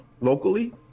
locally